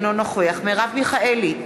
אינו נוכח מרב מיכאלי,